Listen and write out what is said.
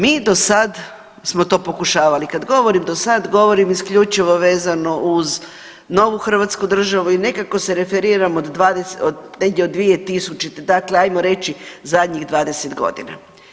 Mi do sad smo to pokušavali, kad govorim do sad govorim isključivo vezano uz novu Hrvatsku državu i nekako se referiram od 20, negdje od 2000., dakle ajmo reći zadnjih 20 godina.